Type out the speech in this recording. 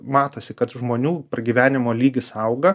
matosi kad žmonių pragyvenimo lygis auga